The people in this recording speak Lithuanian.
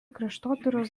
kraštotyros